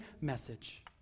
message